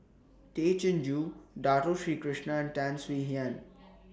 Tay Chin Joo Dato Sri Krishna and Tan Swie Hian